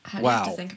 Wow